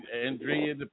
Andrea